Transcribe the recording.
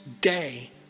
day